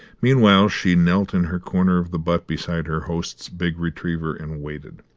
meanwhile she knelt in her corner of the butt beside her host's big retriever, and waited.